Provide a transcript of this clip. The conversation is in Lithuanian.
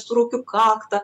suraukiu kaktą